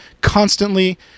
constantly